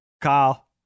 Kyle